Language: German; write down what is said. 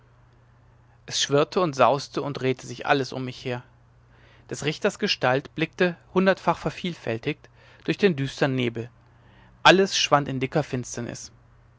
es schwirrte und sauste und drehte sich alles um mich her des richters gestalt blinkte hundertfach vervielfältigt durch den düstern nebel alles schwand in dicker finsternis